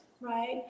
right